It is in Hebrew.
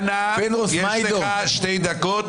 הקואליציוני מאפשר מינוי של שני שופטים